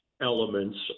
elements